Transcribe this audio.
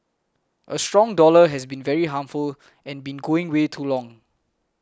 a strong dollar has been very harmful and been going way too long